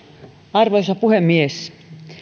arvoisa puhemies